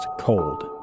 Cold